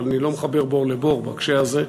אבל אני לא מחבר בור לבור בהקשר הזה.